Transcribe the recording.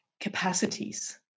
capacities